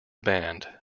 band